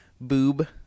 boob